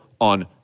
on